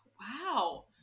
Wow